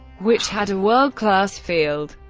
which had a world-class field.